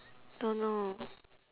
don't know